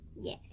Yes